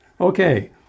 Okay